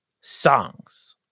songs